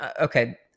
okay